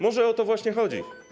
Może o to właśnie chodzi.